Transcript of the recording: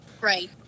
Right